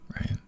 right